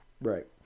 right